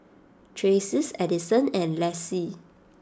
Tracie Adison and Lacie